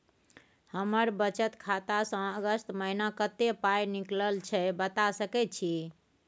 हमर बचत खाता स अगस्त महीना कत्ते पाई निकलल छै बता सके छि?